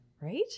Right